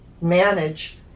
manage